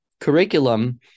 curriculum